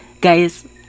guys